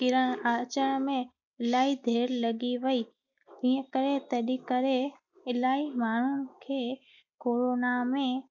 अचण में अलाई देरि लॻी वई तीअं केरे तॾहिं करे अलाई माण्हू खे कोरोना में